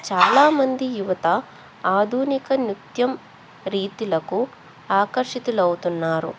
చాలామంది యువత ఆధునిక నృత్య రీతులకు ఆకర్షితులవుతున్నారు